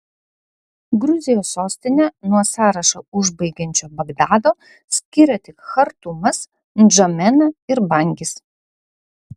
gruzijos sostinę nuo sąrašą užbaigiančio bagdado skiria tik chartumas ndžamena ir bangis